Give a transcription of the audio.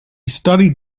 studied